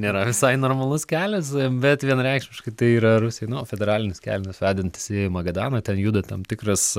nėra visai normalus kelias bet vienareikšmiškai tai yra rusijai nu federalinis kelias vedantis į magadaną ten juda tam tikras